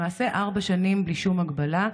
למעשה, ארבע שנים בלי שום הגבלה.